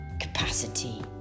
capacity